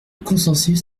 consensus